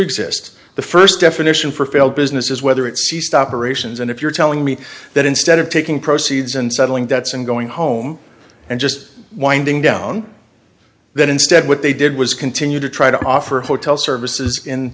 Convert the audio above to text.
exist the first definition for failed businesses whether it ceased operations and if you're telling me that instead of taking proceeds and settling debts and going home and just winding down that instead what they did was continue to try to offer hotel services in